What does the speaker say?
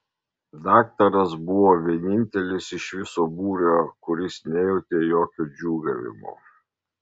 daktaras buvo vienintelis iš viso būrio kuris nejautė jokio džiūgavimo